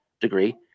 degree